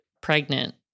pregnant